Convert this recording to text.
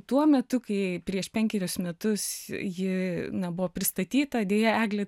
tuo metu kai prieš penkerius metus ji na buvo pristatyta deja eglė